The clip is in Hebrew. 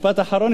משפט אחרון,